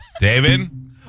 David